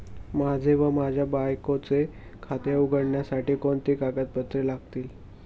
माझे व माझ्या बायकोचे खाते उघडण्यासाठी कोणती कागदपत्रे लागतील?